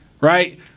right